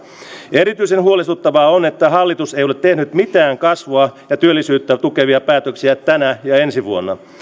erityisen huolestuttavaa on että hallitus ei ole tehnyt mitään kasvua ja työllisyyttä tukevia päätöksiä tänä ja ensi vuonna